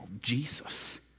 Jesus